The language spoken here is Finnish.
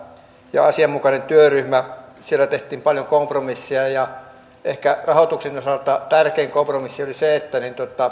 ja asianmukainen työryhmä siellä tehtiin paljon kompromisseja ja ehkä rahoituksen osalta tärkein kompromissi oli se että